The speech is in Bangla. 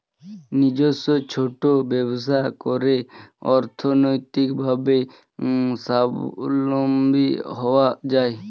নিজস্ব ছোট ব্যবসা করে অর্থনৈতিকভাবে স্বাবলম্বী হওয়া যায়